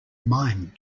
mind